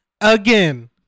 again